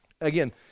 again